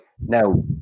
Now